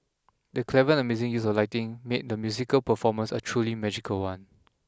the clever and amazing use of lighting made the musical performance a truly magical one